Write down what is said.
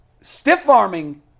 stiff-arming